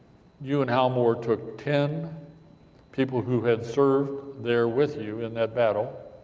you, and hal moore, took ten people, who had served there with you, in that battle,